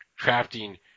crafting –